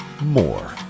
more